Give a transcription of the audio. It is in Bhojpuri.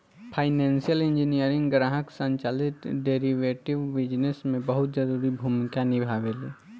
फाइनेंसियल इंजीनियरिंग ग्राहक संचालित डेरिवेटिव बिजनेस में बहुत जरूरी भूमिका निभावेला